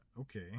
Okay